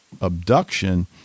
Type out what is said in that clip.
abduction